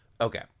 Okay